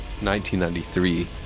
1993